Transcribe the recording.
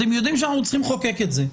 אתם יודעים שאנחנו צריכים לחוקק את זה,